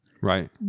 Right